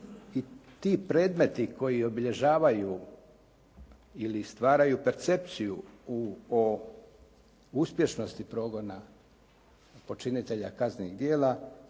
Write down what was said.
I ti predmeti koji obilježavaju ili stvaraju percepciju o uspješnosti progona počinitelja kaznenih djela